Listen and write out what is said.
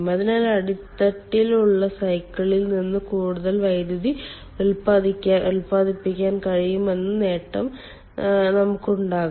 അതിനാൽ അടിത്തട്ടിലുള്ള സൈക്കിളിൽ നിന്ന് കൂടുതൽ വൈദ്യുതി ഉത്പാദിപ്പിക്കാൻ കഴിയും എന്ന നേട്ടം നമുക്കുണ്ടാകും